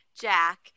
jack